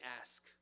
ask